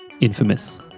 Infamous